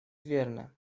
верно